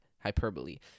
hyperbole